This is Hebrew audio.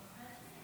רבים.